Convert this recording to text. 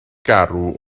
garw